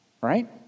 right